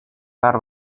zahar